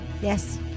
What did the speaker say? Yes